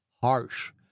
Harsh